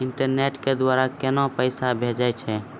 Internet के द्वारा केना पैसा भेजय छै?